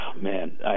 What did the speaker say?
man